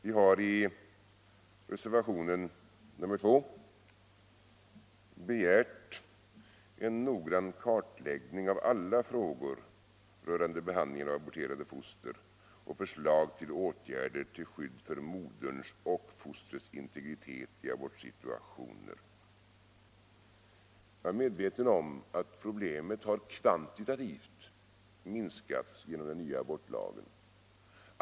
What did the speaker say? Vi har i reservationen 2 begärt en noggrann kartläggning av alla frågor rörande behandlingen av aborterade foster, och förslag till åtgärder till skydd för moderns och fostrets integritet i abortsituationer. Jag är medveten om att problemet har kvantitativt minskats genom den nya abortlagen.